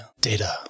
Data